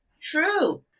True